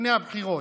לפני הבחירות.